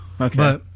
okay